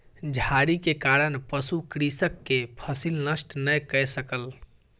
झाड़ी के कारण पशु कृषक के फसिल नष्ट नै कय सकल